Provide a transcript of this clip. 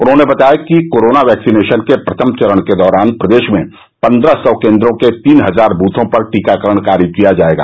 उन्होंने बताया कि कोरोना वैक्सीनेशन के प्रथम चरण के दौरान प्रदेश में पन्द्रह सौ केन्द्रों के तीन हजार बूथों पर टीकाकरण कार्य किया जायेगा